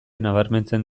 nabarmentzen